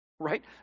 right